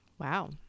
Wow